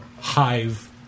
Hive